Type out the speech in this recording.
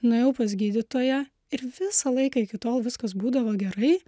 nuėjau pas gydytoją ir visą laiką iki tol viskas būdavo gerai